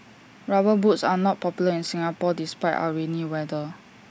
rubber boots are not popular in Singapore despite our rainy weather